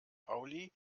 pauli